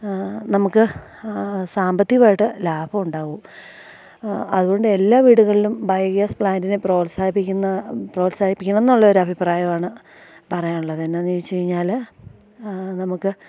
നമുക്ക് സാമ്പത്തികമായിട്ട് ലാഭോണ്ടാവും അത്കൊണ്ട് എല്ലാ വീടുകളിലും ബയോഗ്യാസ് പ്ലാൻറ്റിനെ പ്രോത്സാഹിപ്പിക്കുന്ന പ്രോത്സാഹിപ്പിക്കണം എന്നുള്ള ഒരു അഭിപ്രായമാണ് പറയാനുള്ളത് എന്നാന്ന് ചോദിച്ച് കഴിഞ്ഞാൽ നമുക്ക്